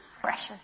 precious